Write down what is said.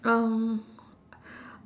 um